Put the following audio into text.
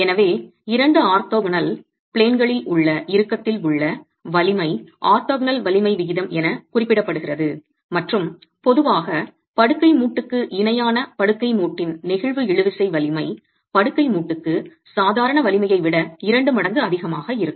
எனவே இரண்டு ஆர்த்தோகனல் பிளேன்களில் உள்ள இறுக்கத்தில் உள்ள வலிமை ஆர்த்தோகனல் வலிமை விகிதம் என குறிப்பிடப்படுகிறது மற்றும் பொதுவாக படுக்கை மூட்டுக்கு இணையான படுக்கை மூட்டின் நெகிழ்வு இழுவிசை வலிமை படுக்கை மூட்டுக்கு சாதாரண வலிமையை விட இரண்டு மடங்கு அதிகமாக இருக்கும்